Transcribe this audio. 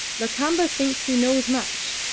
lakamba thinks he knows much.